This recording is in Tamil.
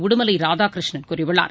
உடுமலை ராதாகிருஷ்ணன் கூறியுள்ளார்